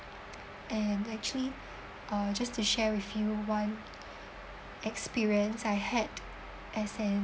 and actually uh just to share with you one experience I had as an